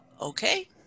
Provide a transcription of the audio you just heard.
Okay